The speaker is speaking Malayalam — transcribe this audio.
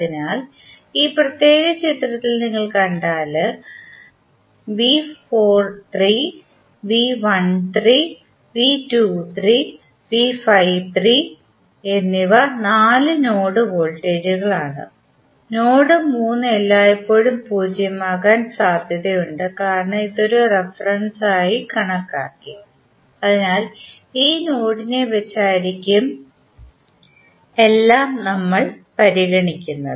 അതിനാൽ ഈ പ്രത്യേക ചിത്രത്തിൽ നിങ്ങൾ കണ്ടാൽ എന്നിവ നാല് നോഡ് വോൾട്ടേജുകളാണ് നോഡ് 3 എല്ലായ്പ്പോഴും പൂജ്യമാകാൻ സാധ്യതയുണ്ട് കാരണം ഇത് ഒരു റഫറൻസായി കണക്കാക്കി അതിനാൽ ഈ നോഡിനെ വച്ചായിരിക്കും എല്ലാം നമ്മൾ പരിഗണിക്കുന്നത്